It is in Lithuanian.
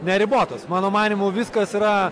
neribotos mano manymu viskas yra